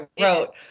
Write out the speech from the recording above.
wrote